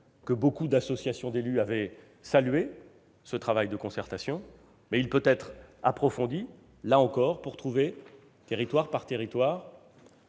que nombre d'associations d'élus avaient salué ce travail de concertation, mais il peut être approfondi, là encore, pour trouver, territoire par territoire,